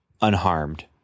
unharmed